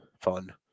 fun